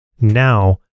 Now